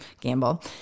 gamble